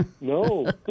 No